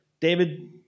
David